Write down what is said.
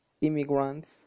immigrants